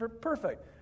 perfect